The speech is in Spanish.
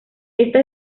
esta